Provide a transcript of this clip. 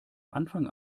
anfang